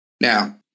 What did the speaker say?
Now